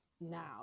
now